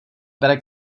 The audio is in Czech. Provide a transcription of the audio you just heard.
bere